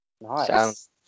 Nice